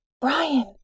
Brian